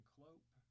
Clope